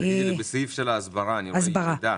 בסעיף ההסברה אני רואה ירידה.